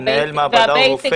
ומנהל מעבדה הוא רופא?